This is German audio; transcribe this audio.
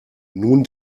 nun